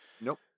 nope